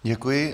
Děkuji.